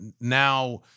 now